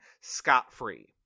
scot-free